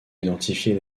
identifier